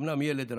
אומנם ילד רך,